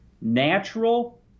natural